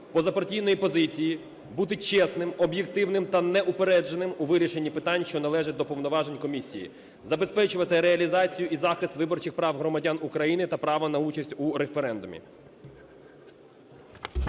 позапартійної позиції, бути чесним, об'єктивним та неупередженим у вирішенні питань, що належать до повноважень Комісії, забезпечувати реалізацію і захист виборчих прав громадян України та права на участь у референдумі.